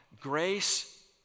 grace